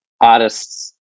artists